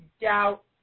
doubt